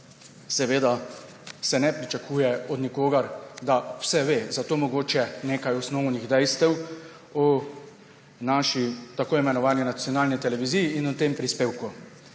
nikogar se ne pričakuje, da vse ve. Zato mogoče nekaj osnovnih dejstev o naši tako imenovani nacionalni televiziji in o tem prispevku.